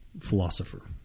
philosopher